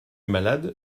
malade